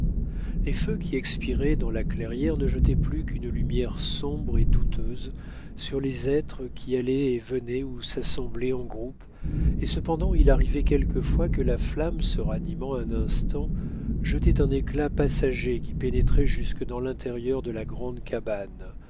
les feux qui expiraient dans la clairière ne jetaient plus qu'une lumière sombre et douteuse sur les êtres qui allaient et venaient ou s'assemblaient en groupes et cependant il arrivait quelquefois que la flamme se ranimant un instant jetait un éclat passager qui pénétrait jusque dans l'intérieur de la grande cabane